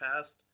past